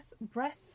breath